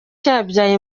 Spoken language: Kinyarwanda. cyabyaye